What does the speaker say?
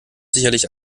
sicherlich